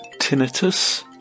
tinnitus